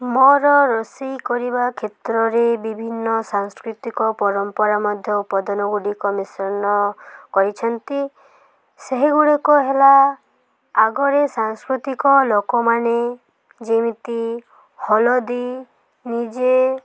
ମୋର ରୋଷେଇ କରିବା କ୍ଷେତ୍ରରେ ବିଭିନ୍ନ ସାଂସ୍କୃତିକ ପରମ୍ପରା ମଧ୍ୟ ଉପାଦାନ ଗୁଡ଼ିକ ମିଶ୍ରଣ କରିଛନ୍ତି ସେହିଗୁଡ଼ିକ ହେଲା ଆଗରେ ସାଂସ୍କୃତିକ ଲୋକମାନେ ଯେମିତି ହଲଦୀ ନିଜେ